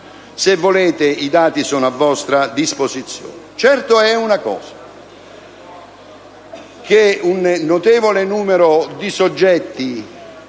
Se volete, i dati sono a vostra disposizione. Certo è che un notevole numero di soggetti